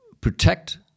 protect